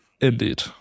Indeed